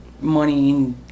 money